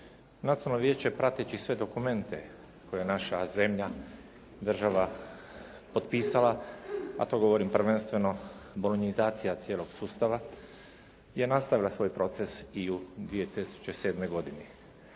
Nacionalno vijeće prateći sve dokumente koje je naša zemlja, država potpisala a to govorim prvenstveno bolonjizacija cijelog sustava je nastavila svoj proces i u 2007. godini.